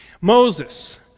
Moses